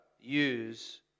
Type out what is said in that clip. use